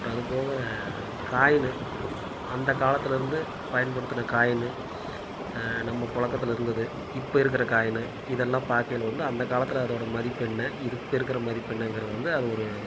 அப்புறம் அதுப்போக காயினு அந்த காலத்திலருந்து பயன்படுத்தின காயினு நம்ம புழக்கத்துல இருந்தது இப்போ இருக்கிற காயினு இதெல்லாம் பார்க்கையில வந்து அந்த காலத்தில் அதோட மதிப்பு என்ன இரு இப்போ இருக்கிற மதிப்பு என்னங்கிறதை வந்து அது ஒரு